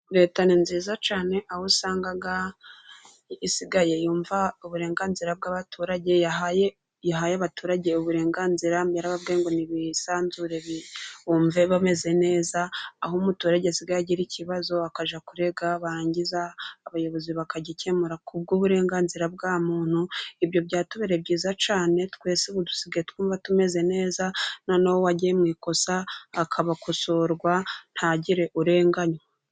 Leta ni nziza cyane aho usanga isigaye yumva uburenganzira bw'abaturage, yahaye abaturage uburenganzira, yarababwiye ngo nibisanzure bumve bameze neza aho umuturage asigaye agira ikibazo akajya kurega barangiza abayobozi bakagikemura ku bw'uburenganzira bwa muntu. Ibyo byatubere byiza cyane twese ubu dusigaye twumva tumeze neza. Noneho uwagiye mu ikosa bagakosorwa ntihagire urenganywa.